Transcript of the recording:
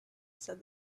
said